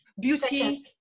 beauty